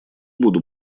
буду